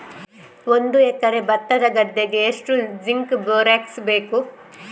ಒಂದು ಎಕರೆ ಭತ್ತದ ಗದ್ದೆಗೆ ಎಷ್ಟು ಜಿಂಕ್ ಬೋರೆಕ್ಸ್ ಬೇಕು?